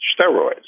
steroids